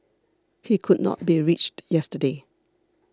he could not be reached yesterday